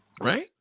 right